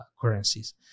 currencies